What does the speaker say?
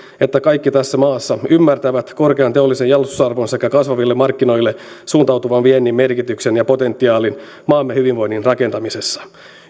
että kaikki tässä maassa ymmärtävät korkean teollisen jalostusarvon sekä kasvaville markkinoille suuntautuvan viennin merkityksen ja potentiaalin maamme hyvinvoinnin rakentamisessa